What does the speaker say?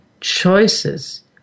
choices